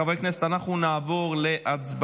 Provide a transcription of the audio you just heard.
חברי הכנסת, אנחנו נעבור להצבעה